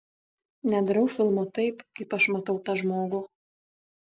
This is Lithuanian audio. nedarau filmo taip kaip aš matau tą žmogų